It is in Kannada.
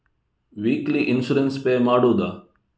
ವೀಕ್ಲಿ ಇನ್ಸೂರೆನ್ಸ್ ಪೇ ಮಾಡುವುದ?